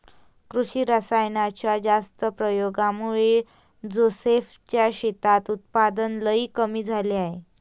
कृषी रासायनाच्या जास्त प्रयोगामुळे जोसेफ च्या शेतात उत्पादन लई कमी झाले आहे